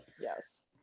yes